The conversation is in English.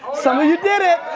some of you did it.